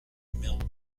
melbourne